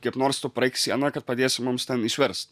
kaip nors tu praeik sieną kad padėsi mums ten išverst